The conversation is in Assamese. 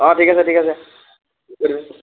অঁ ঠিক আছে ঠিক